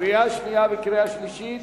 קריאה שנייה וקריאה שלישית.